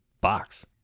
box